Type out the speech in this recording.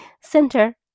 Center